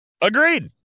Agreed